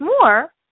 more